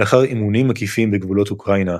לאחר אימונים מקיפים בגבולות אוקראינה,